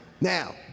Now